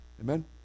Amen